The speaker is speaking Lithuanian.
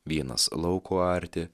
vienas lauko arti